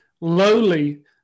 lowly